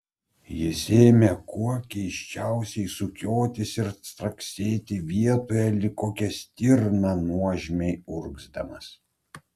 jis ėmė kuo keisčiausiai sukiotis ir straksėti vietoje lyg kokia stirna nuožmiai urgzdamas